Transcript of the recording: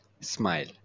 Smile